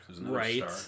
right